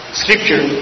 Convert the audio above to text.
scripture